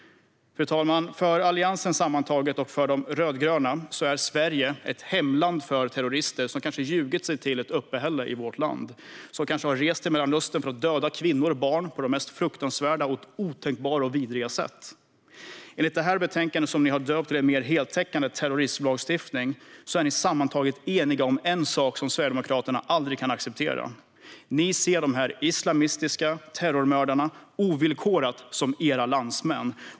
Fru talman! För Alliansen sammantaget och för de rödgröna är Sverige ett hemland för terrorister som kanske har ljugit sig till ett uppehållstillstånd i vårt land och som kanske har rest till Mellanöstern för att döda kvinnor och barn på de mest fruktansvärda, otänkbara och vidriga sätt. Enligt detta betänkande, som ni har döpt till En mer heltäckande terrorismlagstiftning , är ni sammantaget eniga om en sak som Sverigedemokraterna aldrig kan acceptera: Ni ser ovillkorat dessa islamistiska terrormördare som era landsmän.